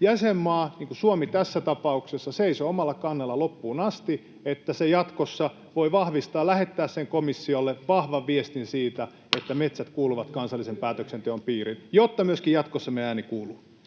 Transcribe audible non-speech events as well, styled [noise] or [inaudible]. jäsenmaa, niin kuin Suomi tässä tapauksessa, seisoo omalla kannallaan loppuun asti, se jatkossa voi lähettää komissiolle vahvan viestin siitä, että metsät [noise] kuuluvat kansallisen päätöksenteon piiriin, jotta myöskin jatkossa meidän ääni kuuluu?